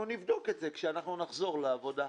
אנחנו נבדוק את זה כשנחזור לעבודה.